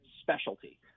specialty